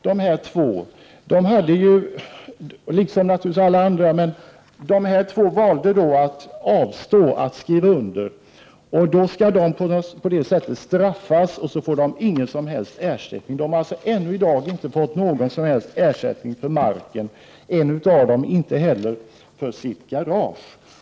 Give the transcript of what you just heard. Dessa två familjer valde att avstå från att skriva under. Då skall de straffas genom att inte få någon ersättning. De har ännu i dag inte fått någon som helst ersättning för marken, en av dem inte heller för sitt garage.